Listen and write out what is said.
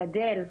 גדל,